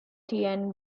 tian